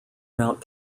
mount